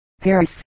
Paris